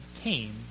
came